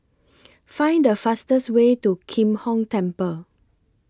Find The fastest Way to Kim Hong Temple